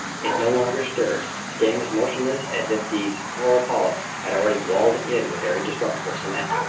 it no longer stirred, staying as motionless as if these coral polyps had already walled it in with their indestructible cement.